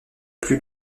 plus